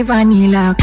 Vanilla